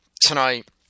tonight